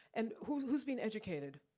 and who's being educated?